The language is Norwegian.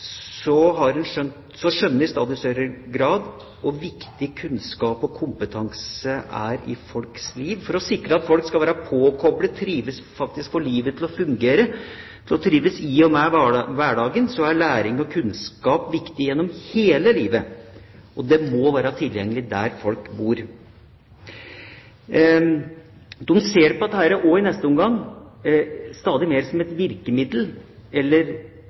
skjønner de i stadig større grad hvor viktig kunnskap og kompetanse er i folks liv. For å sikre at folk skal være påkoblet, faktisk få livet til å fungere, og til å trives i og med hverdagen, er læring og kunnskap viktig gjennom hele livet. Og det må være tilgjengelig der folk bor. De ser på dette også i neste omgang stadig mer som et virkemiddel, eller